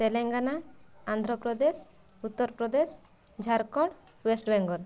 Telangana Andhra Pradesh Uttar Pradesh Jharkhand West Bengal